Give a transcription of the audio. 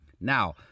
Now